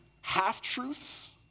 half-truths